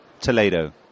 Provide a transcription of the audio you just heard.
Toledo